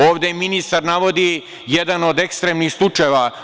Ovde i ministar navodi jedan od ekstremnih slučajeva.